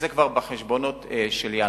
זה כבר בחשבונות של ינואר.